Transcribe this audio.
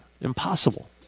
impossible